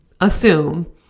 assume